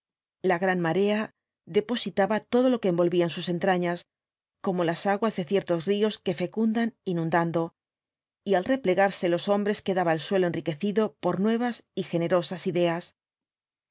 la gran marea depositaba todo lo que envolvían sus entrañas como las aguas de ciertos ríos que fecundan inundando y al replegarse los hombres quedaba el suelo enriquecido por nuevas y generosas ideas si